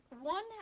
One